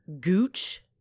Gooch